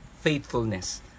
faithfulness